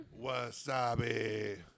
Wasabi